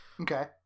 Okay